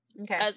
Okay